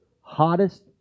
Hottest